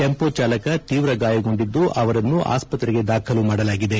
tempo ಚಾಲಕ ತೀವ್ರ ಗಾಯಗೊಂಡಿದ್ದು ಅವರನ್ನು ಆಸ್ಪತ್ರೆಗೆ ದಾಖಲು ಮಾಡಲಾಗಿದೆ